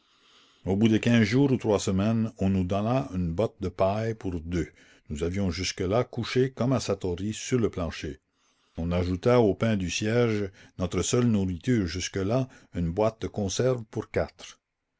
au bout de quinze jours ou trois semaines on nous donna une botte de paille pour deux nous avions jusque-là couché comme à satory sur le plancher on ajouta au pain du siège notre seule nourriture jusque-là une boîte de conserves pour quatre